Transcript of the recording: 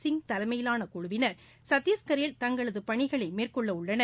சிங் தலைமயிலான குழுவினர் சத்தீஸ்கில் தங்களது பணிகளை மேற்கொள்ள உள்ளனர்